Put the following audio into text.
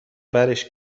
برش